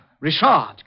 Richard